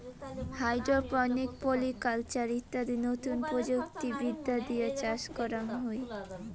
hydroponics, polyculture ইত্যাদি নতুন প্রযুক্তি বিদ্যা দিয়ে চাষ করাঙ হই